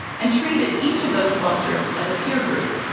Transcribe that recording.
and treated each of those clusters as a peer group.